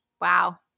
Wow